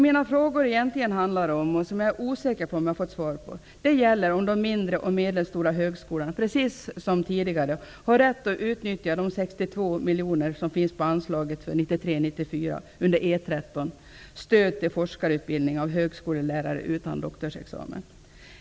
Mina frågor handlar egentligen om -- och jag är osäker på om jag har fått svar på detta -- huruvida de mindre och medelstora högskolorna, liksom tidigare, har rätt att utnyttja de 62 miljoner som finns under anslaget E 13 för 1993/94 Stöd till forskarutbildning av universitets och högskolelärare utan doktorsexamen.